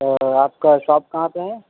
آپ کا شاپ کہاں پہ ہے